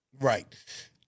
right